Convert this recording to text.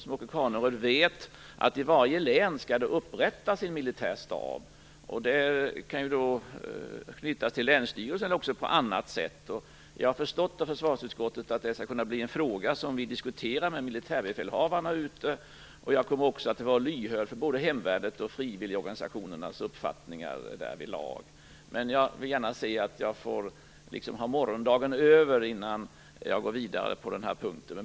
Som Åke Carnerö vet skall det i varje län inrättas en militär stab. Denna kan t.ex. knytas till länsstyrelsen. Jag har förstått av försvarsutskottet att det skall kunna bli en fråga som vi skall diskutera med militärbefälhavarna ute i landet. Jag kommer också att vara lyhörd för både hemvärnets och frivilligorganisationernas uppfattning därvidlag. Men jag vill gärna att morgondagen skall ha passerat innan jag går vidare på den här punkten.